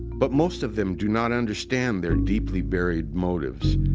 but most of them do not understand their deeplyburied motives,